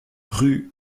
rue